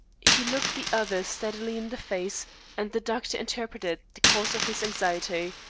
he looked the other steadily in the face and the doctor interpreted the cause of his anxiety.